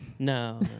No